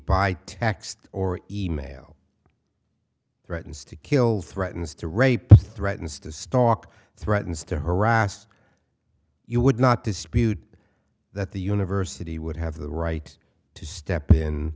text or e mail threatens to kill threatens to rape or threatens to stalk threatens to harass you would not dispute that the university would have the right to step in